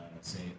say